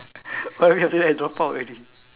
one week after that I drop out already